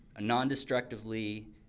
Non-destructively